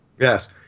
Yes